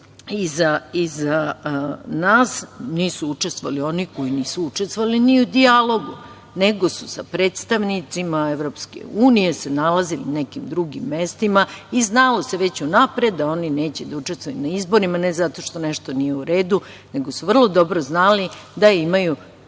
iza nas. Nisu učestvovali oni koji nisu učestvovali ni u dijalogu, nego su se sa predstavnicima EU nalazili na nekim drugim mestima i znalo se već unapred da oni neće da učestvuju na izborima ne zato što nešto nije u redu, nego su vrlo dobro znali da imaju